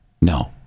No